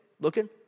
looking